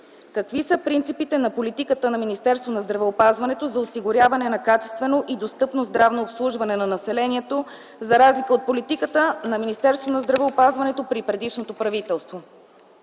какви са принципите на политиката на Министерство на здравеопазването за осигуряване на качествено и достъпно здравно обслужване на населението за разлика от политиката на Министерството на здравеопазването при предишното правителство?